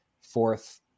fourth